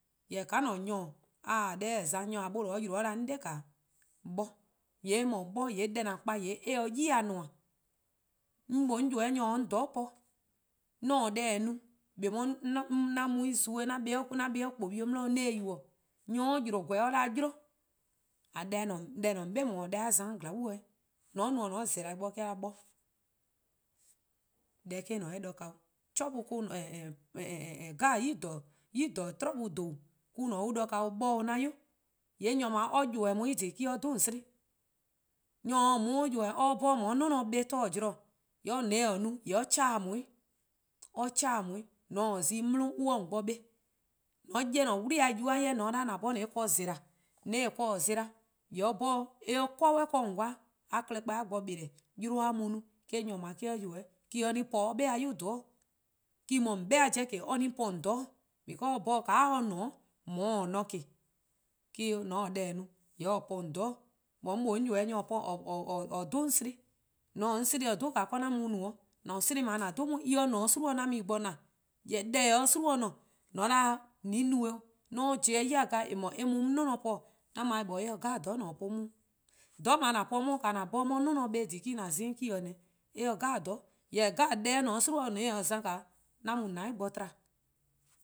Jorwor: :ka :on :ne nyor-' a taa dhih za :mor nyor 'nor 'yle :mor or 'da 'on 'dae: 'bor, :yee' 'bor deh :an kpa-' eh se 'yi-dih :nmor. 'Mor mlor 'on ybeh-' nyor :or 'ye-a 'on :dhororn' po. :mor 'on :taa deh no :eh 'beh 'an mu zue' 'an kpa :kpobie' 'di 'o 'on se-eh yubo:. :mor nyor 'yle :weh or 'da 'yle, deh or-: :on 'be :daa a za-a :glaa'e:on eh 'nyne :eh? :mor :on no-a 'o :on zela-eh bo-dih 'de or 'da 'bor, :yee' deh :ne 'de eh 'kpuh 'i 'o, trouble :klaba' :ne 'de eh 'kpuh 'i 'o bor 'o 'an 'yu. :yee' nyor :dao' or ybeh on 'weh :dhih 'o :eh-: :korn dhih or 'dhu :on 'slen. Nyor :or se on :ybeh or 'bhorn :on 'ye 'nior kpa glu-: zorn-:, :yee' :mor :on taa-eh no :yee' or 'kehleh :on 'weh, or 'kehleh :on 'weh :mor :on :taa zi 'mlon 'ye 'o :on ken :ne. :mor :on 'ye :an 'wli-eh :yu-beh:-a 'jeh :mor :on 'da :an 'bhorn :on 'ye-eh ken-dih zela:, :mor :on taa ken-dih zela: :yee' or 'bhorn eh 'ye 'kor 'de :on 'kwa, a klehkpeh a 'ye bo bele: 'yluh 'ye-a no eh-: nyor :dao' or ybeh, eh-: :korn dhih or-a' p[o or 'be-a 'yu :dhororn', :eh-: :korn dhih 'de :on 'be-a 'jeh :ke or-a' po :on :dhororn' because or 'bhorn :ka or :ne-a or 'ye-a 'o :ne, eh-: :korn dhih :mor :on taa-a deh no or-a po :on :dhororn'. Jorwor: 'on ybeh nyor :or 'dhu-a 'on 'sleh, :mor :on taa 'on 'slen-a 'dhu ka 'an mu no-', :an 'slen :an 'dhu-a :mor eh :ne 'o :gwie: 'i :yee' me-: 'an mu bo :na-' jorwor: deh :eh se-a 'o :gwiei' :ne :mor 'da :an no-eh 'o :mor 'on pobo-eh ya :eh mor eh mu 'on 'nior :po :yee' :an mu-a but eh :se :dhororn' 'jeh :an po 'on, :dhororn' :an po-a 'on :an 'bhorn 'on 'ye 'nior 'kpa eh-: :korn dhih :an za-ih :ne 'o, or :se :dhororn' 'jeh. Jorwor: :mor deh 'jeh :ne 'o :gwiei' on taa-eh za 'an mu :on :dou'+ bo :to.